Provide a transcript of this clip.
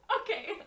Okay